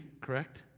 correct